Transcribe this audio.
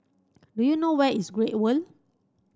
do you know where is Great World